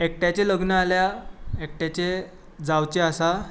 एकट्याचें लग्न जालां एकट्याचें जावचें आसा